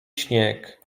śnieg